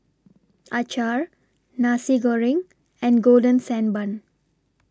Acar Nasi Goreng and Golden Sand Bun